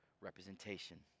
representation